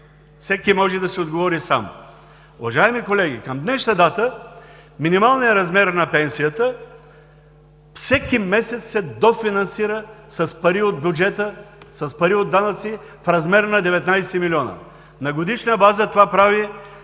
Всеки може да си отговори сам! Уважаеми колеги, към днешна дата минималният размер на пенсията всеки месец се дофинансира с пари от бюджета, с пари от данъци в размер на 19 милиона. На годишна база това прави